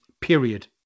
period